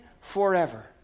forever